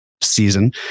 season